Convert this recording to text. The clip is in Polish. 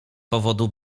powodu